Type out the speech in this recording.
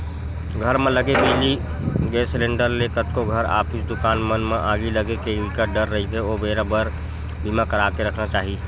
घर म लगे बिजली, गेस सिलेंडर ले कतको घर, ऑफिस, दुकान मन म आगी लगे के बिकट डर रहिथे ओ बेरा बर बीमा करा के रखना चाही